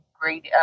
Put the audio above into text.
great